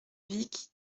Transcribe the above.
vic